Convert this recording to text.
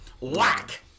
Whack